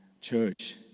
church